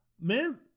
man